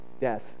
death